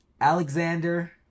Alexander